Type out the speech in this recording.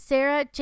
Sarah